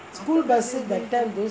school bus uh that time